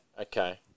okay